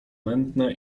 mętne